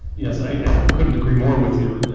yes, i couldn't agree more with you,